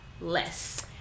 less